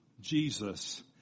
Jesus